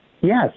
Yes